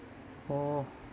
[oh[